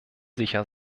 sicher